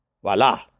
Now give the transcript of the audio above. Voila